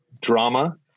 drama